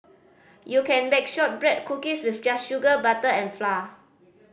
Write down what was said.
you can bake shortbread cookies with just sugar butter and flour